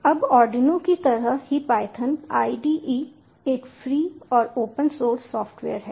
अब आर्डिनो की तरह ही पायथन IDE एक फ्री और ओपन सोर्स सॉफ्टवेयर है